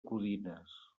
codines